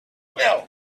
well—i